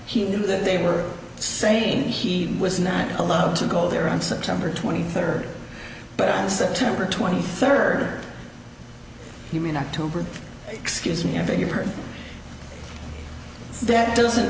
he knew that they were saying he was not allowed to go there on september twenty third but on september twenty third human october excuse me a figure that doesn't